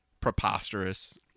preposterous